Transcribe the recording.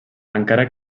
encara